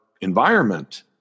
environment